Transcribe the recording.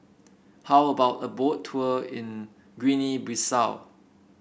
how about a Boat Tour in Guinea Bissau